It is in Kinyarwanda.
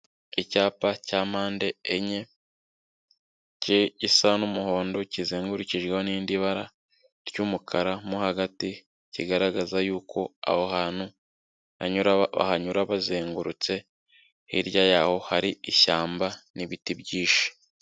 Icyapa cya mpande enye gisa n'umuhondo kizengurukijweho n'irindi bara ry'umukara, mo hagati kigaragaza yuko aho hantu hanyura bahanyura bazengurutse, hirya yaho hari ishyamba n'ibiti byinshi.